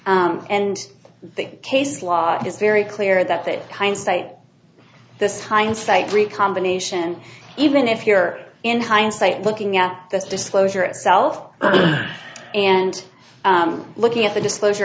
and the case law is very clear that that kind say this hindsight recombination even if you're in hindsight looking at this disclosure itself and looking at the disclosure